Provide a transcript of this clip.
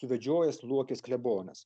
suvedžiojęs luokės klebonas